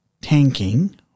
tanking